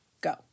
Go